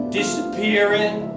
disappearing